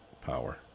power